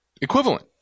equivalent